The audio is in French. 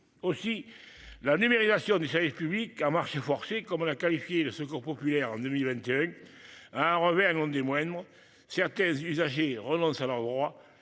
Aussi la numérisation ça public à marche forcée comme l'a qualifié le Secours populaire en 2021. À Robert et non des moindres, certains usagers renoncent à leur droit.